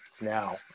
now